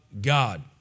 God